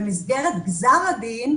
במסגרת גזר הדין,